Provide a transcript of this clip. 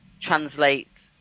translate